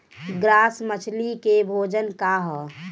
Grass मछली के भोजन का ह?